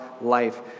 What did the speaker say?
life